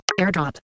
Airdrop